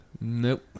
Nope